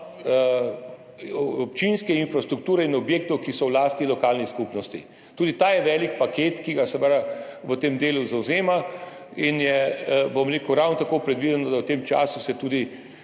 občinske infrastrukture in objektov, ki so v lasti lokalnih skupnosti. Tudi to je velik paket, ki ga v tem delu zavzema in je, bom rekel, ravno tako predvideno, da se v tem času tudi